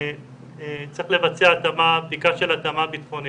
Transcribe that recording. הוא צריך לבצע בדיקה של התאמה ביטחונית.